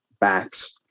backs